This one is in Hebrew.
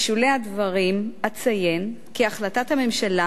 בשולי הדברים אציין כי החלטת הממשלה